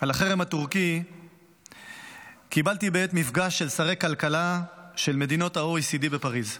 על החרם הטורקי קיבלתי בעת מפגש של שרי כלכלה של מדינות ה-OECD בפריז.